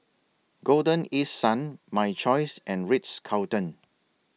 Golden East Sun My Choice and Ritz Carlton